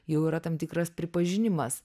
jau yra tam tikras pripažinimas